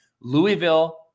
Louisville